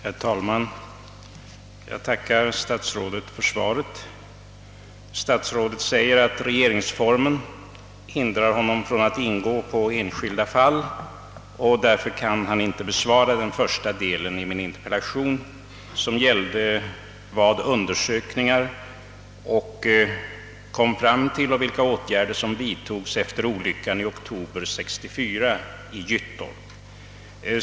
Herr talman! Jag tackar statsrådet Aspling för svaret. Statsrådet säger att regeringsformen hindrar honom från att ingå på enskilda fall och att han därför inte kan besvara den första delen av min interpellation, som gäller vad som framkommit genom undersökningar och åtgärder som vidtagits efter olyckan i oktober 1964 i Gyttorp.